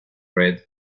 red